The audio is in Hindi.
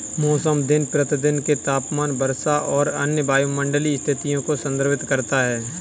मौसम दिन प्रतिदिन के तापमान, वर्षा और अन्य वायुमंडलीय स्थितियों को संदर्भित करता है